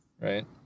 right